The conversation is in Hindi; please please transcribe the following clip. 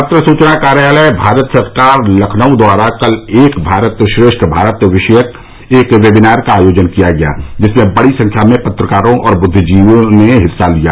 पत्र सूचना कार्यालय भारत सरकार लखनऊ द्वारा कल एक भारत श्रेष्ठ भारत विषयक एक वेबिनार का आयोजन किया गया जिसमें बड़ी संख्या में पत्रकारों और बुद्दिजीवियों ने हिस्सा लिया